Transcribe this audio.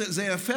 זה יפה,